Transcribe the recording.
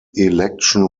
election